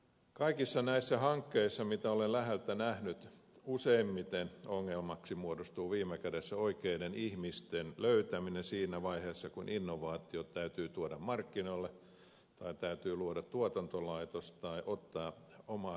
kaikissa näissä hankkeissa mitä olen läheltä nähnyt useimmiten ongelmaksi muodostuu viime kädessä oikeiden ihmisten löytäminen siinä vaiheessa kun innovaatiot täytyy tuoda markkinoille tai täytyy luoda tuotantolaitos tai ottaa omaa henkilökohtaista riskiä